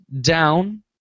down